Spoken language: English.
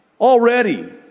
already